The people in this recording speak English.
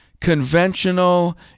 conventional